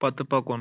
پتہٕ پکُن